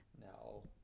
No